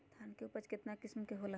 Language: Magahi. धान के उपज केतना किस्म के होला?